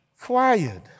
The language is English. quiet